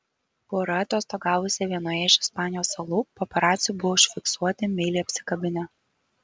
pora atostogavusi vienoje iš ispanijos salų paparacių buvo užfiksuoti meiliai apsikabinę